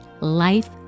life